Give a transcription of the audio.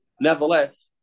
Nevertheless